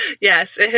Yes